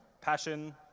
passion